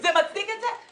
זה מצדיק את זה?